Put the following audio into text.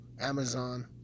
Amazon